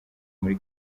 muri